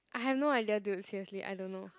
I have no idea dude seriously I don't know